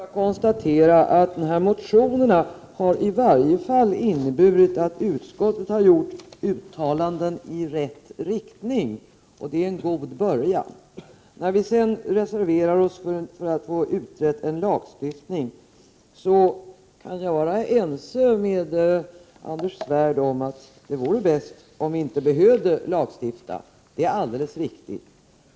Herr talman! Mycket kort något om kyrkofriden. Motionerna i detta sammanhang har i varje fall inneburit att utskottet har gjort uttalanden i rätt riktning, och det är en god början. Vi reserverar oss därför att vi vill få frågan om en lagstiftning utredd. Men jag kan vara ense med Anders Svärd om att det bästa vore att vi inte behövde lagstifta här. Det är alldeles riktigt.